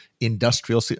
industrial